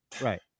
Right